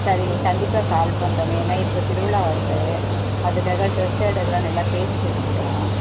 சரிங்க கண்டிப்பாக கால் பண்ணுறோங்க ஏன்னா இப்போது திருவிழா வருது அதுக்காக ட்ரெஸ் எடுக்கலாம்னு எல்லாம் பேசிகிட்டு எடுக்கிறோம்